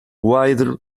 wider